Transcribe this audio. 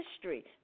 history